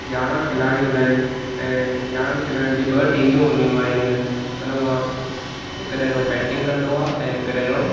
यारहं खिलाड़ी हून्दा आहिनि ऐं यारहं खिलाड़ीयुनि जी ॿ टिमियु हून्दियूं आहिनि हुन मां हिकु ॼणो बैटिंग कन्दो आहे ऐं हिकु ॼणो